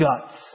guts